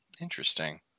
interesting